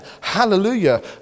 Hallelujah